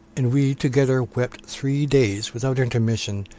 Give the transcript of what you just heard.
and we together wept three days without intermission,